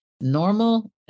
normal